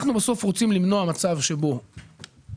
אנחנו בסוף רוצים למנוע מצב שבו קבלנים